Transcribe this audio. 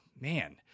man